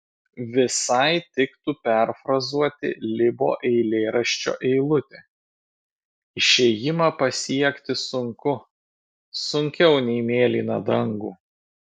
visai tiktų perfrazuoti libo eilėraščio eilutę išėjimą pasiekti sunku sunkiau nei mėlyną dangų